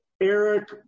Eric